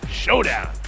showdown